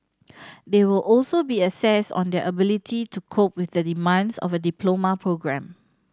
they will also be assessed on their ability to cope with the demands of the diploma programme